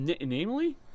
Namely